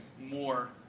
more